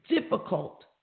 difficult